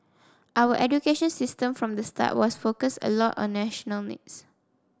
our education system from the start was focused a lot on national needs